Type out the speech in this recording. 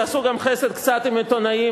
תעשו גם קצת חסד עם העיתונאים